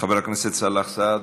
חבר הכנסת סאלח סעד,